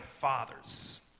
fathers